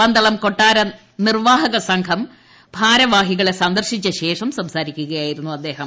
പന്തളം കൊട്ടാര നിർവ്വാഹക സംഘം ഭാരവാഹികളെ സന്ദർശിച്ച ശേഷം സംസാരിക്കുകയായിരുന്നു അദ്ദേഹം